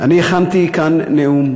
אני הכנתי כאן נאום,